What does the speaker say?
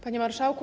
Panie Marszałku!